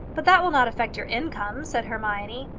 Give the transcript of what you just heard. but that will not affect your income, said hermione.